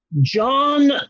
John